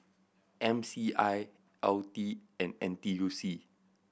M C I L T and N T U C